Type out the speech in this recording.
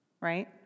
right